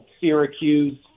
Syracuse